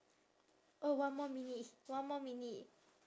oh one more minute one more minute